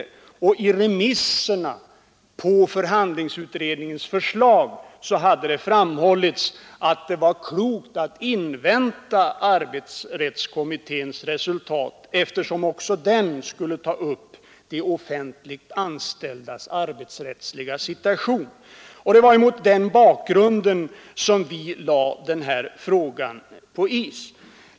I remisserna på utredningens förslag hade framhållits att det var klokt att invänta arbetsrättskommitténs betänkande, eftersom även den kommittén skulle ta upp frågan om de offentligt anställdas arbetsrättsliga situation. Det var mot den bakgrunden som vi lade frågan på is.